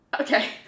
Okay